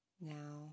Now